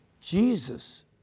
Jesus